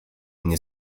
nie